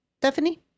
Stephanie